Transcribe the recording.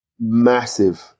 Massive